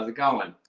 ah going?